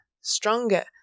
stronger